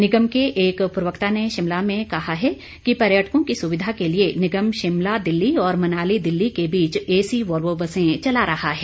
निगम के एक प्रवक्ता ने शिमला में कहा है कि पर्यटकों की सुविधा के लिए निगम शिमला दिल्ली और मनाली दिल्ली के बीच एसी वॉल्वो बसें चला रहा है